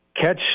catch